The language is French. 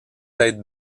tête